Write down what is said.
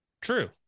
true